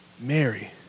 Mary